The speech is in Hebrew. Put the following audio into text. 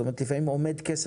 זאת אומרת, לפעמים עומד כסף.